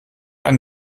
ein